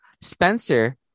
Spencer